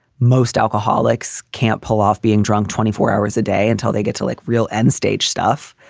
most alcoholics can't pull off being drunk twenty four hours a day until they get to like real end-stage stuff.